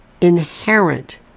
inherent